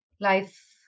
life